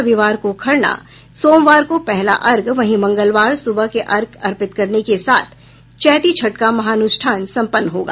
रविवार को खड़ना सोमवार को पहला अर्घ्य वहीं मंगलवार सुबह के अर्घ्य अर्पित करने के साथ चैती छठ का महानुष्ठान संपन्न होगा